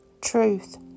Truth